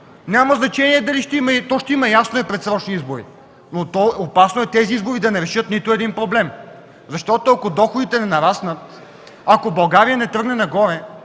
още повече! Ще има, ясно е, предсрочни избори. Но опасно е тези избори да не решат нито един проблем! Ако доходите не нараснат, ако България не тръгне нагоре,